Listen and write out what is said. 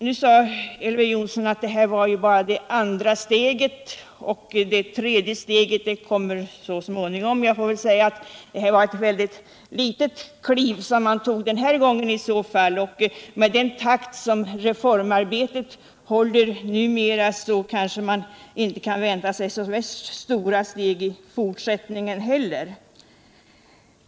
Nu sade Elver Jonsson att propositionen utgör bara det andra steget och att det tredje steget kommer så småningom. Jag får väl säga att det var ett ytterst litet kliv som man tog den här gången i så fall. Med den takt som reformarbetet håller numera kan man nog inte vänta sig så värst stora stog i tortsättningen heller.